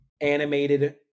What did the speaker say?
animated